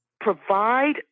provide